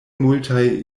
multaj